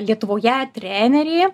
lietuvoje trenerį